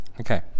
Okay